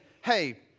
Hey